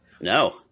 No